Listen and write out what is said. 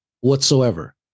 whatsoever